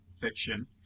fiction